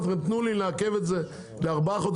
ביקשתי שתתנו לי לעכב את זה בין ארבעה לחמישה